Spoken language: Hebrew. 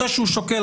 אחרי שהוא שוקל,